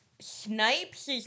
Snipes